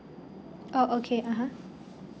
oh okay (aha)